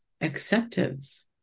acceptance